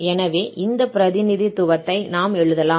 எனவே இந்த பிரதிநிதித்துவத்தை நாம் எழுதலாம்